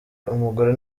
umugore